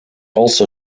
also